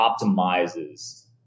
optimizes